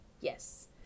yes